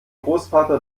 großvater